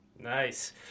Nice